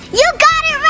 you got it